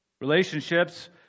Relationships